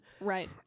right